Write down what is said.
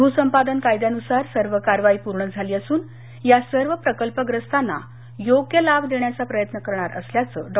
भूसंपादन कायद्यानुसार सर्व कारवाई पूर्ण झाली असून या सर्व प्रकल्पग्रस्तांना योग्य लाभ देण्याचा प्रयत्न करणार असल्याचं डॉ